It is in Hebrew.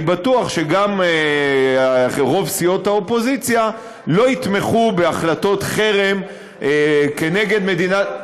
אני בטוח שגם רוב סיעות האופוזיציה לא יתמכו בהחלטות חרם כנגד מדינת,